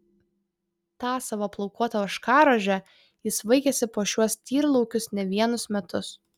tą savo plaukuotą ožkarožę jis vaikėsi po šiuos tyrlaukius ne vienus metus